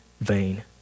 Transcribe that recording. vain